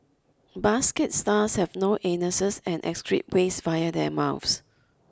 basket stars have no anuses and excrete waste via their mouth